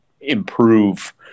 improve